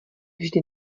vždy